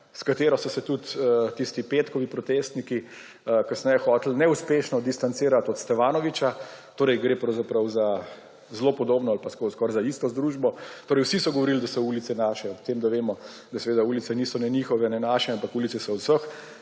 s katero so se tudi tisti petkovi protestniki kasneje hoteli neuspešno distancirati od Stevanovića. Torej gre pravzaprav za zelo podobno ali pa skoraj za isto združbo. Torej vsi so govorili, da so ulice naše, ob tem, da vemo, da seveda ulice niso ne njihove ne naše, ampak so ulice od vseh.